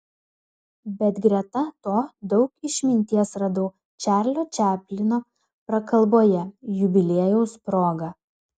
bet greta to daug išminties radau čarlio čaplino prakalboje jubiliejaus proga